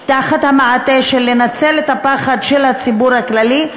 תחת המעטה של ניצול הפחד של הציבור הכללי,